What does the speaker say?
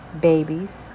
babies